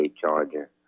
Charger